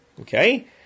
Okay